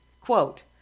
quote